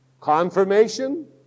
Confirmation